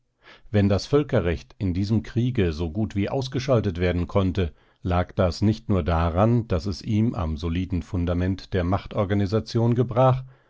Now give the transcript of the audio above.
wenn das völkerrecht in diesem kriege so gut wie ausgeschaltet werden konnte lag das nicht nur daran daß es ihm am soliden fundament der machtorganisation gebrach